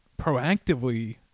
proactively